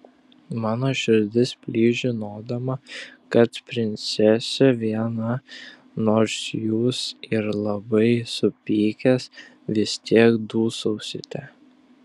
mano širdis plyš žinodama kad princesė viena nors jūs ir labai supykęs vis tiek dūsausite